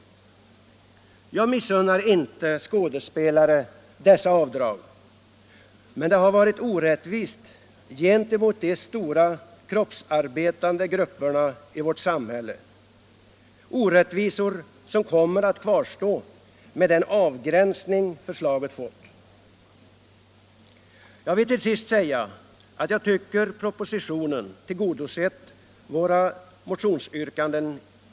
Jag missunnar inte skådespelare dessa avdrag, men förfarandet har varit orättvist gentemot de stora kroppsarbetande grupperna i vårt samhälle — orättvisor som kommer att kvarstå med den avgränsning som förslaget har fått. Jag vill till sist säga att jag tycker att propositionen i viss mån har tillgodosett våra motionsyrkanden.